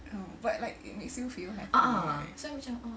oh but like it makes you feel happy right